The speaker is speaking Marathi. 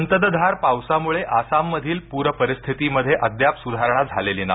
संततधार पावसामुळे आसाममधील पूर परिस्थितीमध्ये अद्याप सुधारणा झालेली नाही